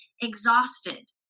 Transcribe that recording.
exhausted